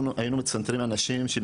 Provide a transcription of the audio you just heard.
התחומים.